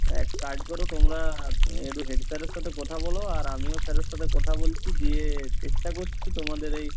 এক কাজ করো তোমরা একটু হেড স্যারের সাথে কথা বলো আর আমিও স্যারের সাথে কথা বলছি দিয়ে চেষ্টা করছি তোমাদের এই